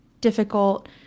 difficult